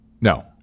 No